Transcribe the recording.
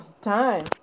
time